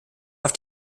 auf